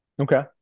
Okay